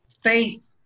faith